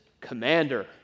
commander